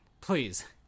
please